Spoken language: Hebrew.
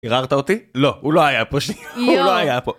ערערת אותי. לא, הוא לא היה פה, הוא לא היה פה.